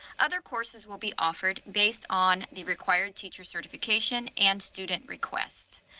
other courses will be offered based on the required teacher certification and student request.